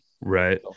right